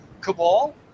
cabal